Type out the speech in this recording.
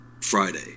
Friday